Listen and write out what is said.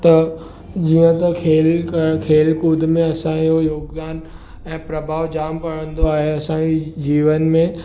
त जीअं त खेल खर खेल कूद में असांजो योगदान ऐं प्रभाव जामु पवंदो आहे असांजे जीवन में